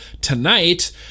tonight